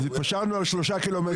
אז התפשרנו על שלושה קילומטרים.